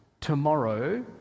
tomorrow